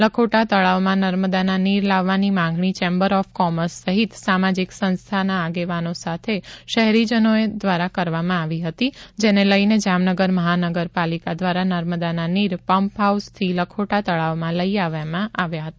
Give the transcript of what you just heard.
લખોટા તળાવમાં નર્મદાનાં નીર લાવવાની માંગણી ચેમ્બર ઓફ કોમર્સ સહિત અને સામાજિક સંસ્થા આગેવાનો સાથે શહેરીજનોએ દ્વારા કરવામાં આવી હતી જેને લઈને જામનગર મહાનગર પાલિકા દ્વારા નર્મદાનાં નીર પંપ હાઉસ થી લખોટા તળાવ માં લઈ આવવામાં આવ્યા હતા